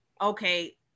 okay